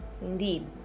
Indeed